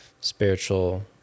spiritual